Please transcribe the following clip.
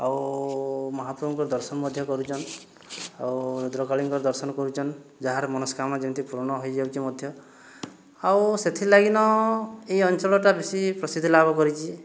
ଆଉ ମହାପ୍ରଭୁଙ୍କର ଦର୍ଶନ ମଧ୍ୟ କରୁଛନ ଆଉ ରୁଦ୍ରକାଳୀଙ୍କର୍ ଦର୍ଶନ କରୁଛନ ଯାହାର ମନସ୍କାମନା ଯେମତି ପୂରଣ ହେଇଯାଉଛି ମଧ୍ୟ ଆଉ ସେଥିର୍ ଲାଗିନ ଏଇ ଅଞ୍ଚଳଟା ବେଶୀ ପ୍ରସିଦ୍ଧି ଲାଭ କରିଛେ